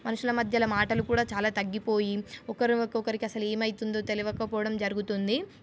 మనుషుల మధ్యలో మాటలు కూడా చాలా తగ్గిపోయి ఒకరి ఒక్కొక్కరికి అసలు ఏమైతుందో తెలియకపోవడం జరుగుతుంది